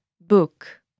book